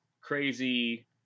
crazy